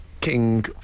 King